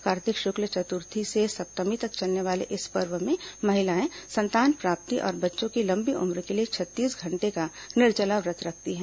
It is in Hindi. कार्तिक शुक्ल चतुर्थी से सप्तमी तक चलने वाले इस पर्व में महिलाएं संतान प्राप्ति और बच्चों की लंबी उम्र के लिए छत्तीस घंटे का निर्जला व्रत रखती हैं